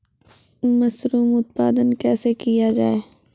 Mushroom उत्पादन कैसे किया जाय?